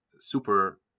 super